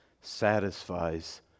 satisfies